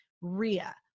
ria